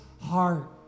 heart